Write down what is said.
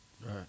Right